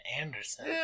Anderson